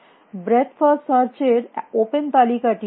breadth first search এর open তালিকাটি কি